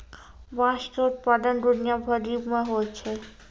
बाँस के उत्पादन दुनिया भरि मे होय छै